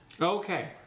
Okay